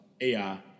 AI